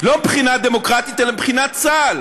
לא מבחינה דמוקרטית, אלא מבחינת צה"ל.